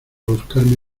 buscarme